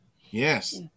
Yes